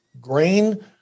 grain